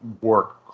work